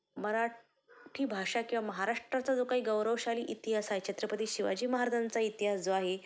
मराठी भाषा किवा महाराष्ट्राचा जो काही गौरवशाली इतिहास आहे छत्रपती शिवाजी महाराजांचा इतिहास जो आहे